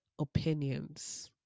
opinions